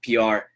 pr